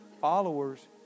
Followers